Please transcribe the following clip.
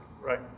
Right